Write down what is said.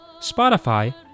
Spotify